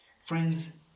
Friends